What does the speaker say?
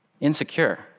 insecure